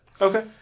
Okay